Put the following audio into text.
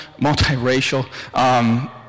multiracial